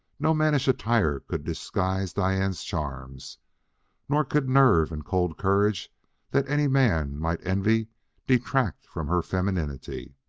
no mannish attire could disguise diane's charms nor could nerve and cold courage that any man might envy detract from her femininity.